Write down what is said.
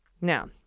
Now